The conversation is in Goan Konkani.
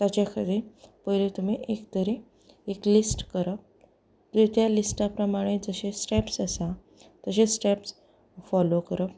ताच्या खेरीत पयलें तुमी एक तरी एक लिस्ट करप म्हणजें त्या लिस्टा प्रमाणें जशें स्टेप्स आसात तशें स्टेप्स फोलोव करप